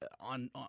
on